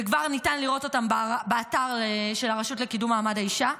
וכבר ניתן לראות אותם באתר של הרשות לקידום מעמד האישה,